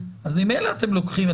אז ממילא אתם לוקחים,